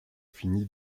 fini